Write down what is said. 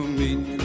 meet